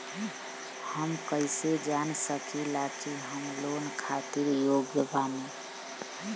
हम कईसे जान सकिला कि हम लोन खातिर योग्य बानी?